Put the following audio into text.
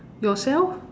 yourself